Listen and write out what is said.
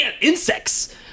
insects